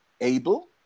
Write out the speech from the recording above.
able